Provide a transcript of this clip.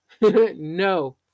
No